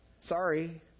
Sorry